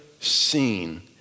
seen